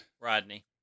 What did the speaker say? Rodney